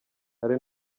hari